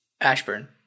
Ashburn